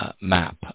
map